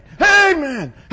Amen